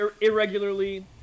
irregularly